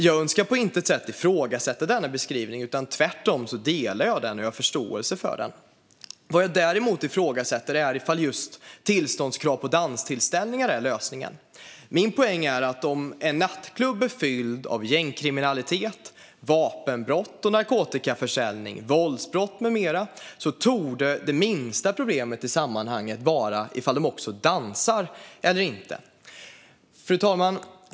Jag önskar på intet sätt att ifrågasätta denna beskrivning. Tvärtom håller jag med om den och har förståelse för den. Jag ifrågasätter däremot ifall just tillståndskrav för danstillställningar är lösningen. Min poäng är att om en nattklubb är fylld med gängkriminalitet, vapenbrott, narkotikaförsäljning, våldsbrott med mera torde det minsta problemet i sammanhanget vara ifall de också dansar eller inte. Fru talman!